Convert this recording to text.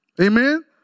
Amen